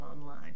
online